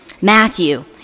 Matthew